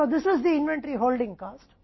तो यह inventory holding cost है